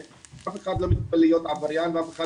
אף אחד לא מתכוון להיות עבריין ואף אחד